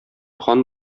хан